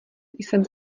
jsem